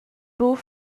buca